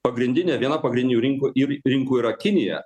pagrindinė viena pagrindinių rinkų ir rinkų yra kinija